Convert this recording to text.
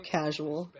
casual